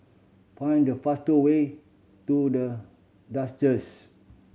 find the fast way to The